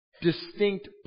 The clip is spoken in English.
distinct